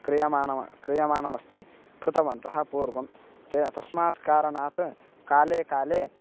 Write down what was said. क्रियमाणं क्रियमाणमस्ति कृतवन्तः पूर्वं ते तस्मात् कारणात् काले काले